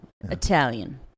Italian